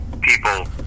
people